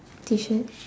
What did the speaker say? T-shirt